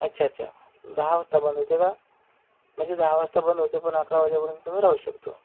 अच्छा अच्छा दहा वाजता बंद होते का म्हणजे दहा वाजता बंद होते पण अकरा वाजेपर्यंत तुम्ही राहू शकतो